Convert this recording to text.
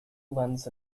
lends